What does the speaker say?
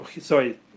sorry